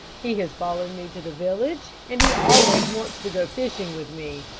he has followed me to the village, and he always wants to go fishing with me.